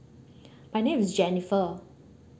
my name is jennifer